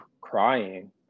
crying